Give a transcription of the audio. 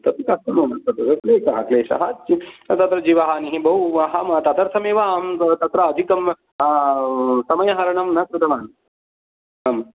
तत् कथं तत् क्लेशः क्लेशः तत्र जीवहानिः तदर्थमवेम अहं तत्र अधिकं समयहरणं न कृतवान् आं